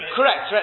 Correct